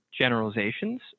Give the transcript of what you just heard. generalizations